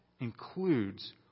includes